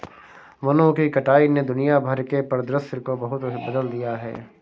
वनों की कटाई ने दुनिया भर के परिदृश्य को बहुत बदल दिया है